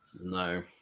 No